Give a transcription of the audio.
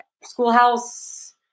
Schoolhouse